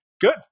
Good